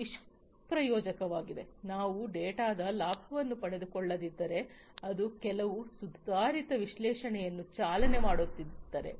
ನಿಷ್ಪ್ರಯೋಜಕವಾಗಿದೆ ನಾವು ಡೇಟಾದ ಲಾಭವನ್ನು ಪಡೆದುಕೊಳ್ಳದಿದ್ದರೆ ಮತ್ತು ಕೆಲವು ಸುಧಾರಿತ ವಿಶ್ಲೇಷಣೆಯನ್ನು ಚಾಲನೆ ಮಾಡುತ್ತಿದ್ದರೆ